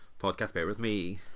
PodcastBearWithMe